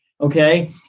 Okay